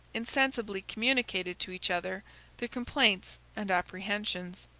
insensibly communicated to each other their complaints and apprehensions.